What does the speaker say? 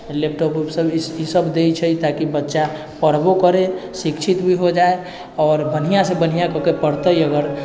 laptop उपटॉप ईसब दै छै ताकि बच्चा पढ़बो करै शिक्षित भी हो जाइ आओर बढ़िआँसँ बढ़िआँ कऽ कऽ पढ़तै अगर